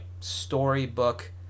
storybook